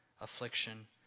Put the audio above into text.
affliction